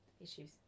issues